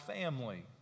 family